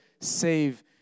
save